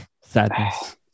sadness